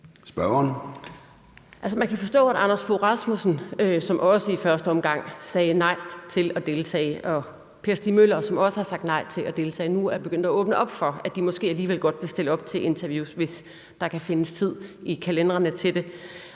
Man kan forstå, at Anders Fogh Rasmussen, som også i første omgang sagde nej til at deltage, og at Per Stig Møller, som også har sagt nej til at deltage, nu er begyndt at åbne op for, at de måske alligevel godt vil stille op til interviews, hvis der kan findes tid i kalenderne til det.